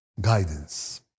Guidance